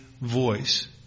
voice